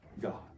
God